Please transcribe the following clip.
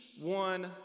one